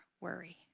worry